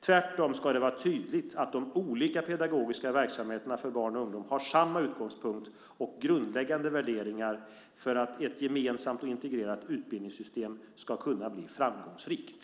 Tvärtom ska det vara tydligt att de olika pedagogiska verksamheterna för barn och ungdom har samma utgångspunkt och grundläggande värderingar för att ett gemensamt och integrerat utbildningssystem ska kunna bli framgångsrikt.